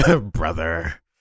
Brother